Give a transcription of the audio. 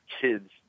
kids